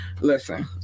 Listen